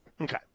Okay